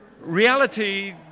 Reality